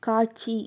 காட்சி